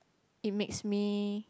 it makes me